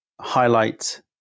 highlight